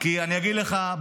--- כי אני אגיד לך,